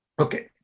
okay